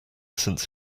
since